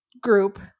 group